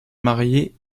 marié